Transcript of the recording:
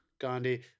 Gandhi